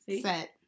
Set